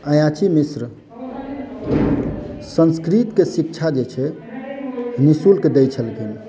अयाची मिश्र संस्कृतक शिक्षा जे छै निःशुल्क दै छलखिन